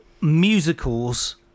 musicals